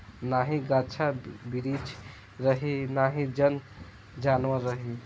नाही गाछ बिरिछ रही नाही जन जानवर रही